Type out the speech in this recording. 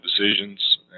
decisions